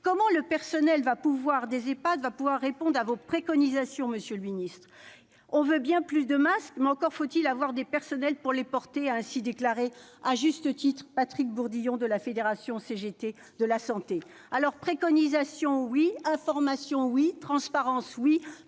Comment les personnels des Ehpad pourront-ils répondre à vos préconisations, monsieur le ministre ?« On veut bien plus de masques, mais encore faut-il avoir des personnels pour les porter », a ainsi déclaré, à juste titre, M. Patrick Bourdillon de la fédération CGT de la santé. Il faut donc des préconisations, oui, de l'information, oui, de la transparence, oui,